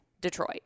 Detroit